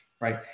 right